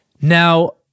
now